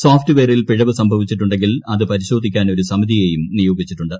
സോഫ്റ്റ്വെയറിൽ പിഴവു സംഭവച്ചിട്ടുണ്ടെങ്കിൽ അത് പരിശോധിക്കാൻ ഒരു സമിതിയേയും നിയോഗിച്ചിട്ടുണ്ട്